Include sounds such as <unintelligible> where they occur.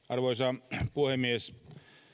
<unintelligible> arvoisa puhemies